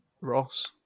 Ross